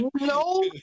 No